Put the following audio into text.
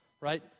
right